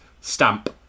stamp